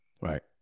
right